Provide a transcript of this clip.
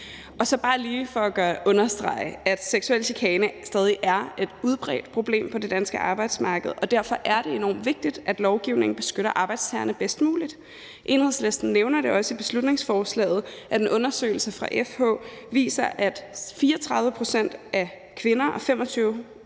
Så bare lige for at understrege det: Seksuel chikane er stadig et udbredt problem på det danske arbejdsmarked, og derfor er det enormt vigtigt, at lovgivningen beskytter arbejdstagerne bedst muligt. Enhedslisten nævner også i beslutningsforslaget, at en undersøgelse fra FH viser, at 34 pct. af kvinder og 25